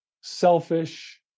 selfish